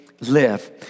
live